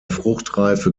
fruchtreife